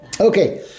okay